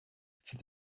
chcę